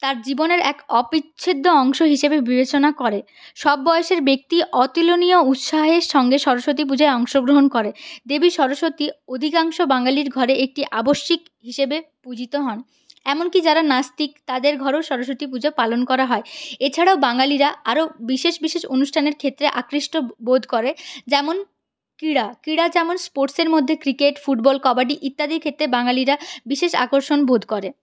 তার জীবনের এক অবিচ্ছেদ্য অংশ হিসেবে বিবেচনা করে সব বয়সের ব্যক্তি অতুলনীয় উৎসাহের সঙ্গে সরস্বতী পূজায় অংশ গ্রহণ করেন দেবী সরস্বতী অধিকাংশ বাঙালির ঘরে একটি আবশ্যিক হিসেবে পূজিত হন এমনকি যারা নাস্তিক তাদের ঘরেও সরস্বতী পূজা পালন করা হয় এছাড়াও বাঙালিরা আরো বিশেষ বিশেষ অনুষ্ঠানের ক্ষেত্রে আকৃষ্ট বোধ করেন যেমন ক্রীড়া ক্রীড়া যেমন স্পোর্টসের মধ্যে ক্রিকেট ফুটবল কবাডি ইত্যাদির ক্ষেত্রে বাঙালিরা বিশেষ আকর্ষণ বোধ করে